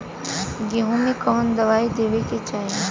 गेहूँ मे कवन दवाई देवे के चाही?